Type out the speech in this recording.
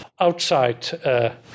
outside